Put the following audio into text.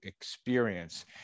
experience